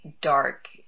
dark